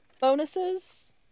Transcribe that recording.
bonuses